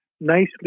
nicely